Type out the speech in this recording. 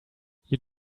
you